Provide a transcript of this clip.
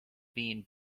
being